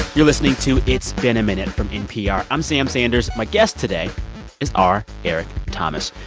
you're listening to it's been a minute from npr. i'm sam sanders. my guest today is r. eric thomas.